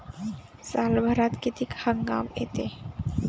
सालभरात किती हंगाम येते?